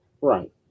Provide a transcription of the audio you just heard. Right